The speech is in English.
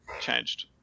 Changed